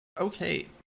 Okay